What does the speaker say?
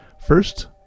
First